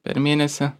per mėnesį